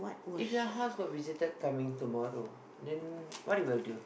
if your house got visitor coming tomorrow then what you will do